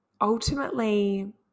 ultimately